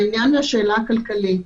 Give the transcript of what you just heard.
לעניין ולשאלה הכלכלית.